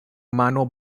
mano